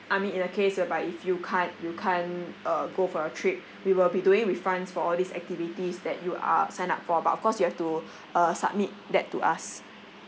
I mean in a case whereby if you can't you can't uh go for your trip we will be doing refunds for all these activities that you are signed up for but of course you have to uh submit that to us